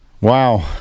Wow